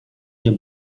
nie